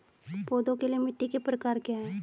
पौधों के लिए मिट्टी के प्रकार क्या हैं?